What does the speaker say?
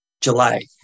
July